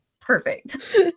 perfect